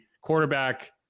quarterback